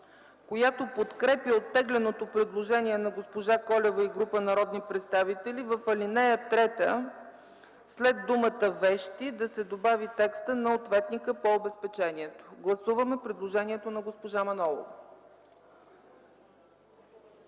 която подкрепя оттегленото предложение на госпожа Колева и група народни представители – в ал. 3 след думата „вещи” да се добави „на ответника по обезпечението”. Гласуваме предложението на госпожа Манолова.